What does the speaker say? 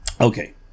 Okay